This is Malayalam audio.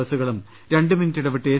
ബസ്സുകളും രണ്ട് മിനിറ്റ് ഇടവിട്ട് എ